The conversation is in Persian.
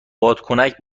بادکنک